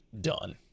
done